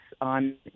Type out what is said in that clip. on